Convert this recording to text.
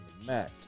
Mac